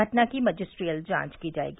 घटना की मजिस्ट्रियल जांच की जायेगी